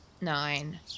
nine